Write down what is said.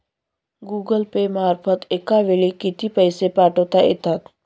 Google Pay मार्फत एका वेळी किती पैसे पाठवता येतात?